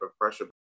pressure